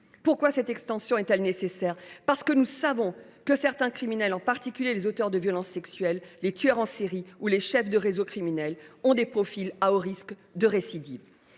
Pourquoi cette extension est elle nécessaire ? Parce que, nous le savons, certains criminels, en particulier les auteurs de violences sexuelles, les tueurs en série ou les chefs de réseaux criminels, ont des profils à haut risque de récidive.